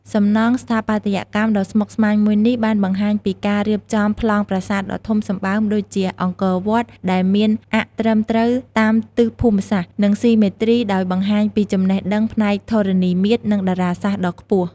សំណង់ស្ថាបត្យកម្មដ៏ស្មុគស្មាញមួយនេះ បានបង្ហាញពីការរៀបចំប្លង់ប្រាសាទដ៏ធំសម្បើមដូចជាអង្គរវត្ត ដែលមានអ័ក្សត្រឹមត្រូវតាមទិសភូមិសាស្ត្រ និងស៊ីមេទ្រីដោយបង្ហាញពីចំណេះដឹងផ្នែកធរណីមាត្រ និងតារាសាស្ត្រដ៏ខ្ពស់។